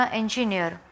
engineer